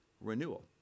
renewal